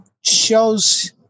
shows